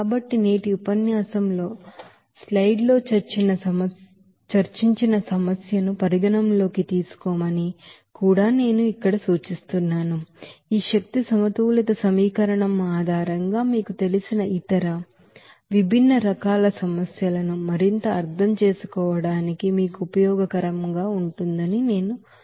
కాబట్టి నేటి ఉపన్యాసంలో స్లైడ్లలో చర్చించిన సమస్యను పరిగణనలోకి తీసుకోమని కూడా నేను ఇక్కడ సూచిస్తున్నాను ఈ ఎనర్జీ బాలన్స్ ఈక్వేషన్ ఆధారంగా మీకు తెలిసిన ఇతర ఇతర విభిన్న రకాల సమస్యలను మరింత అర్థం చేసుకోవడానికి మీకు ఉపయోగకరంగా ఉంటుందని మీకు తెలుసు